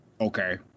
Okay